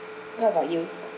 what about you